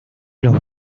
los